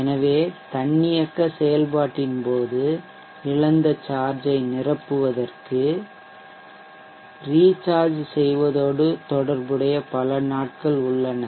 எனவே தன்னியக்க செயல்பாட்டின் போது இழந்த சார்ஜ் ஐ நிரப்புவதற்க்கு ரீசார்ஜ் செய்வதோடு தொடர்புடைய பல நாட்கள் உள்ளன